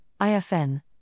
IFN